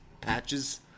patches